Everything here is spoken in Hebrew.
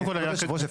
היושב-ראש,